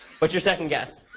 what's your second guess?